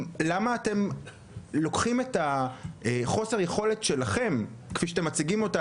למה אתם לוקחים את חוסר היכולת שלכם כפי שאתם מציגים אותה,